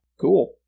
Cool